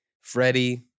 Freddie